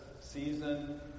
season